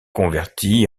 converti